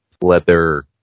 leather